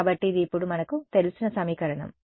కాబట్టి ఇది ఇప్పుడు మనకు తెలిసిన సమీకరణం